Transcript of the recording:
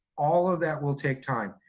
all of that will take time.